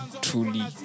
truly